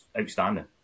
outstanding